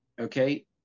okay